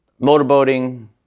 motorboating